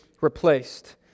replaced